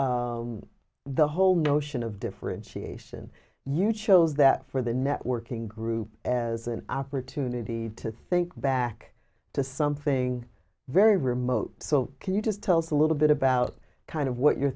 the whole notion of differentiation you chose that for the networking group as an opportunity to think back to something very remote so can you just tell us a little bit about kind of what your